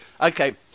okay